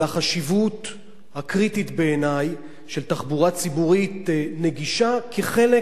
החשיבות הקריטית בעיני של תחבורה ציבורית נגישה כחלק